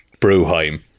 Bruheim